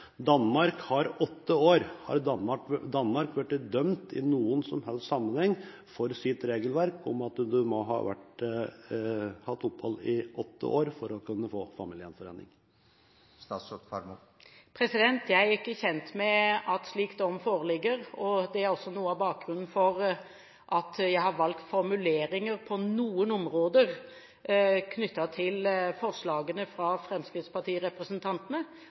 Danmark har åtte år. Har Danmark blitt dømt i noen som helst sammenheng for sitt regelverk om at du må ha hatt opphold i åtte år for å kunne få familiegjenforening? Jeg er ikke kjent med at slik dom foreligger. Det er også noe av bakgrunnen for de formuleringer jeg har valgt på noen områder knyttet til forslagene fra fremskrittspartirepresentantene.